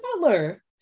Butler